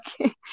Okay